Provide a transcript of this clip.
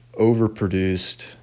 overproduced